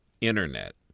internet